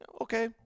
okay